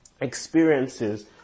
Experiences